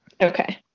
Okay